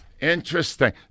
Interesting